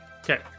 Okay